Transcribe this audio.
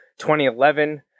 2011